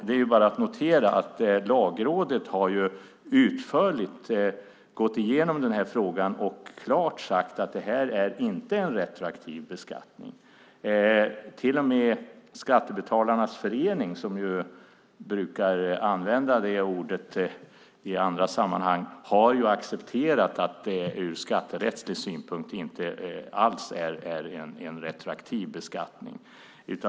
Det är bara att notera att Lagrådet utförligt har gått igenom den här frågan och klart sagt att det här inte är en retroaktiv beskattning. Till och med Skattebetalarnas förening, som ju brukar använda det ordet i andra sammanhang, har accepterat att det ur skatterättslig synpunkt inte alls är en retroaktiv beskattning.